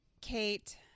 Kate